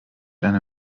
eine